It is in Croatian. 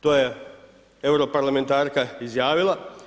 To je europarlamentarka izjavila.